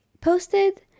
posted